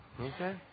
Okay